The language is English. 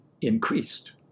increased